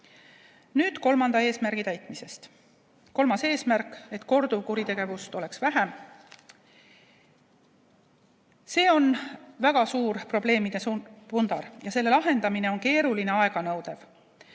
Nüüd kolmanda eesmärgi täitmisest. Kolmas eesmärk on, et korduvkuritegevust oleks vähem. See on väga suur probleemide pundar ja selle lahendamine on keeruline, aeganõudev.